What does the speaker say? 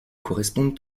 correspondent